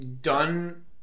done